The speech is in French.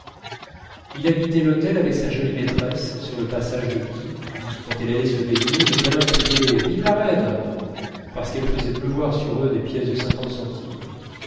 il habitait l'hôtel avec sa jolie maîtresse sur le passage de qui quand elle allait se baigner les gamins criaient vive la reine parce qu'elle faisait pleuvoir sur eux des pièces de cinquante centimes